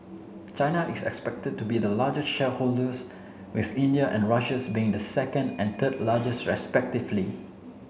china is expected to be the largest shareholders with India and Russia's being the second and third largest respectively